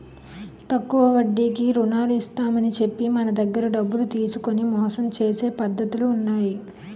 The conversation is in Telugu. తక్కువ వడ్డీకి రుణాలు ఇస్తామని చెప్పి మన దగ్గర డబ్బులు తీసుకొని మోసం చేసే పద్ధతులు ఉన్నాయి